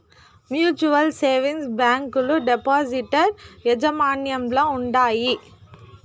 mutual savings బ్యాంకీలు depositor యాజమాన్యంల ఉండాయి